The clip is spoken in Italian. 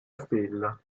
stella